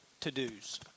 to-dos